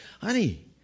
Honey